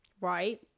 right